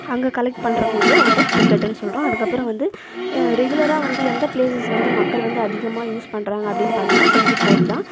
அங்க கலெக்ட் பண்ணுற கூடிய ஒரு டிக்கெட்னு சொல்கிறோம் அதுகப்புறம் வந்து ரெகுலராக வந்து எந்த பிளேசஸ் வந்து மக்கள் வந்து அதிகமாக யூஸ் பண்ணுறாங்க அப்படினு பார்த்தோம்னா செஞ்சி ஃபோர்ட் தான்